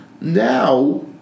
now